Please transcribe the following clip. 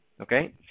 Okay